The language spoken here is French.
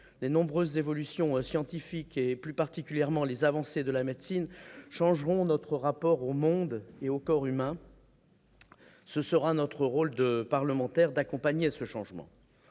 Les nombreuses évolutions scientifiques et, plus particulièrement, les avancées de la médecine changeront notre rapport au monde et au corps humain ; ce sera notre rôle de parlementaires d'accompagner ce changement.